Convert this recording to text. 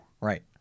Right